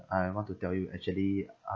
I want to tell you actually